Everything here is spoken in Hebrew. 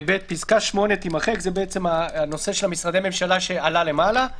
" פסקה (8) תימחק," זה הנושא של משרדי ממשלה שעלה למעלה.